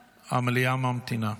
גוטליב, המליאה ממתינה.